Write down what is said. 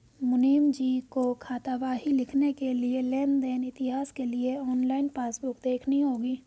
मुनीमजी को खातावाही लिखने के लिए लेन देन इतिहास के लिए ऑनलाइन पासबुक देखनी होगी